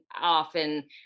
often